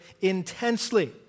intensely